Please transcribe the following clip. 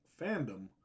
fandom